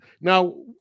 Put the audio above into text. Now